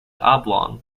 oblong